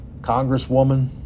congresswoman